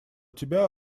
тебя